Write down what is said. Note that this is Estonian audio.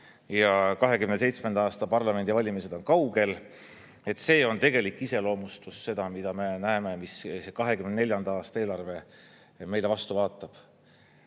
ja 2027. aasta parlamendivalimised on kaugel. See on tegelik iseloomustus: see, mida me näeme, see 2024. aasta eelarve, mis meile vastu vaatab.